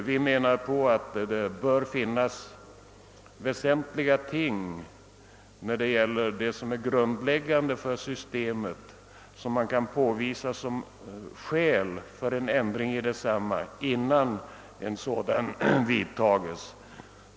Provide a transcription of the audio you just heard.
Vi menar att väsentliga ting beträffande det som är grundläggande för systemet skall kunna anföras som skäl innan en ändring vidtages.